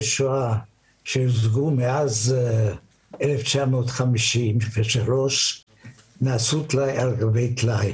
שואה שהושגו מאז 1953 נעשו טלאי על גבי טלאי.